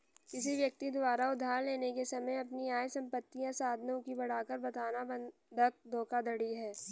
किसी व्यक्ति द्वारा उधार लेने के समय अपनी आय, संपत्ति या साधनों की बढ़ाकर बताना बंधक धोखाधड़ी है